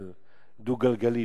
על דו-גלגלי,